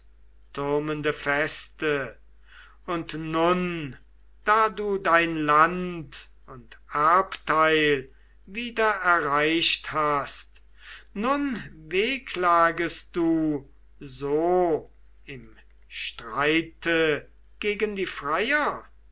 und nun da du dein land und erbteil wieder erreicht hast nun wehklagest du so im streite gegen die freier